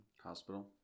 hospital